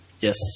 Yes